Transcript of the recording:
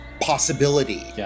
possibility